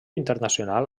internacional